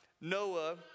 Noah